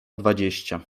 dwadzieścia